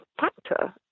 factor